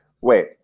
Wait